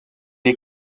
est